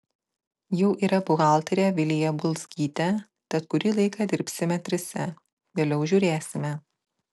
jau yra buhalterė vilija bulzgytė tad kurį laiką dirbsime trise vėliau žiūrėsime